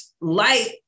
light